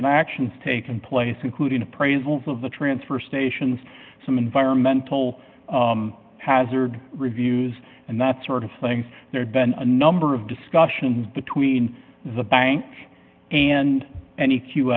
and actions taken place including appraisals of the transfer stations some environmental hazard reviews and that sort of things there'd been a number of discussions between the bank and any q